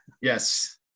yes